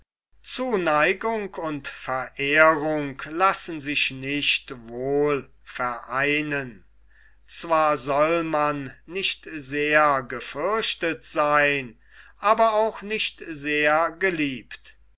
zuneigung und verehrung lassen sich nicht wohl vereinen zwar soll man nicht sehr gefürchtet seyn aber auch nicht sehr geliebt